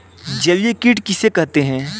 जलीय कीट किसे कहते हैं?